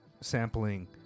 sampling